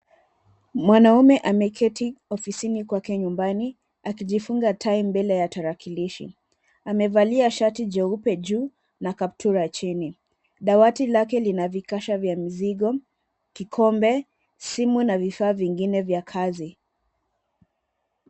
Mwanaume ameketi ofisini kwake nyumbani akijifunga tai mbele ya tarakilishi, amevalia shati jeupe juu na kaptula chini. Dawati lake lina vikasha vya mizigo, kikombe, simu na vifaa vingine vya kazi.